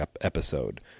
episode